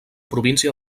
província